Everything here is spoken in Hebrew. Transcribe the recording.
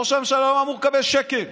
ראש הממשלה לא אמור לקבל שקל.